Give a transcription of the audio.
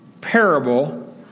parable